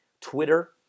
Twitter